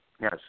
Yes